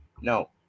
No